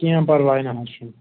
کیٚنٛہہ پرواے نہَ حظ چھُنہٕ